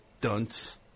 dunce